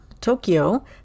Tokyo